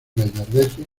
gallardetes